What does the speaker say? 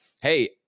hey